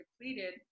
depleted